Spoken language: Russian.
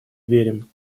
верим